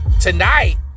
tonight